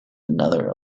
another